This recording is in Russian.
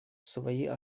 свои